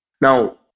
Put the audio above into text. Now